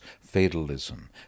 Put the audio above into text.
fatalism